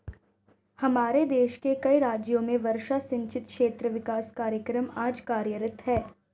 हमारे देश के कई राज्यों में वर्षा सिंचित क्षेत्र विकास कार्यक्रम आज कार्यरत है